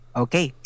okay